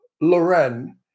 Loren